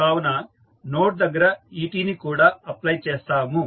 కావున నోడ్ దగ్గర et ని కూడా అప్ప్లై చేస్తాము